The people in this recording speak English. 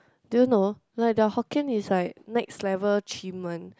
do you know like their Hokkien is like next level chim one